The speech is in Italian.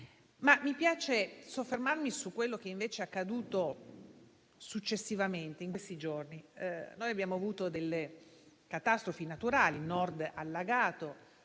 invece, soffermarmi su quanto accaduto successivamente, in questi giorni. Noi abbiamo avuto delle catastrofi naturali, col Nord allagato